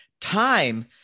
Time